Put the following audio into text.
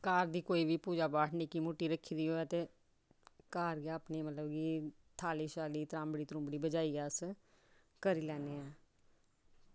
घर दी कोई पूजा पाठ निक्की मुट्टी रक्खी दी होऐ ते घर गै अपनी थाली त्रांबड़ी बजाइयै अस करी लैन्ने